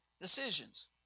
decisions